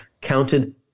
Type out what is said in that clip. counted